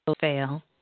fail